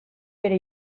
bere